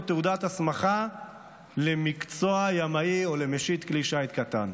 תעודת הסמכה למקצוע ימאי או למשיט כלי שיט קטן.